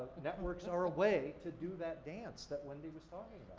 networks are a way to do that dance that wendy was talking